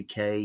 UK